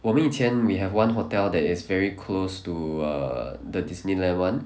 我们以前 we have one hotel that is very close to err the Disneyland [one]